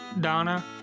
Donna